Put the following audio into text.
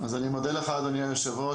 אז אני מודה לך, אדוני היושב-ראש.